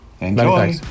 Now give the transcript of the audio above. enjoy